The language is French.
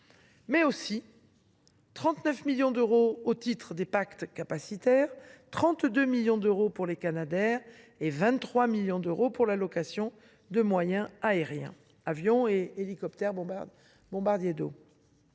mais aussi 39 millions d’euros au titre des pactes capacitaires, 32 millions d’euros pour les canadairs et 23 millions d’euros pour la location de moyens aériens, avions et hélicoptères bombardiers d’eau.